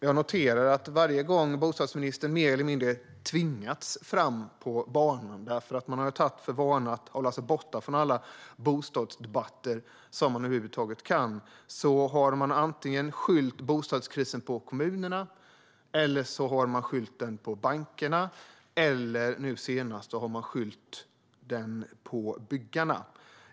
Jag noterar att varje gång bostadsministern mer eller mindre tvingats fram på banan, för han har ju tagit för vana att hålla sig borta från alla bostadsdebatter som han över huvud taget kan, har han skyllt bostadskrisen på kommunerna, på bankerna eller, nu senast, på byggarna.